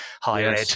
higher